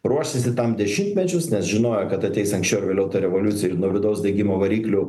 ruošėsi tam dešimtmečius nes žinojo kad ateis anksčiau ar vėliau ta revoliucija ir nuo vidaus degimo variklių